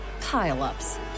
pile-ups